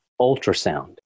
ultrasound